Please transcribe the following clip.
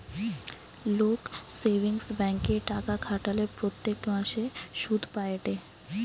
লোক সেভিংস ব্যাঙ্কে টাকা খাটালে প্রত্যেক মাসে সুধ পায়েটে